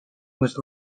was